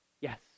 Yes